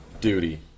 Duty